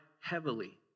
heavily